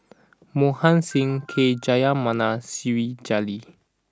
Mohan Singh K Jayamani siri Jalil